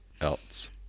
else